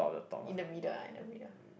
in the middle ah in the middle